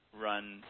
run